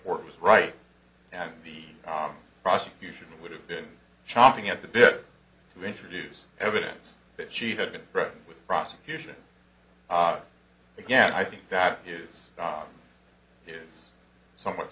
ford was right and the prosecution would have been chomping at the bit to introduce evidence that she had been threatened with prosecution again i think that is there is somewhat